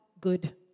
good